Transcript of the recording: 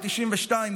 ב-1992,